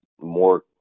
more